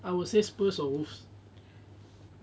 I will say spurs or wolves